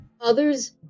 Others